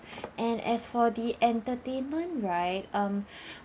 and as for the entertainment right um